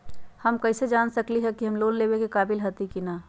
हम कईसे जान सकली ह कि हम लोन लेवे के काबिल हती कि न?